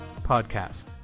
Podcast